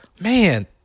man